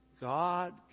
God